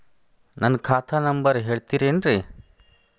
ನನ್ನ ಖಾತಾ ನಂಬರ್ ಹೇಳ್ತಿರೇನ್ರಿ?